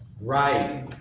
Right